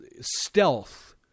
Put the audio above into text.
stealth